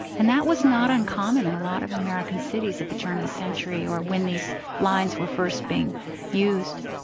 and that was not uncommon in a lot of american cities at the turn of the century, or when these lines were first being used.